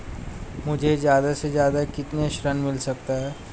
मुझे ज्यादा से ज्यादा कितना ऋण मिल सकता है?